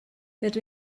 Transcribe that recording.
rydw